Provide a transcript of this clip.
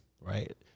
right